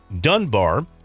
Dunbar